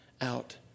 out